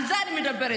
על זה אני מדברת.